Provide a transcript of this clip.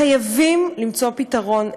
חייבים למצוא פתרון.